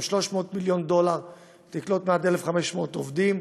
300 מיליון דולר ותקלוט עד 1,500 עובדים.